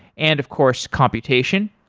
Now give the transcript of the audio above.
and of course, computation.